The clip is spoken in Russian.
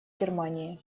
германии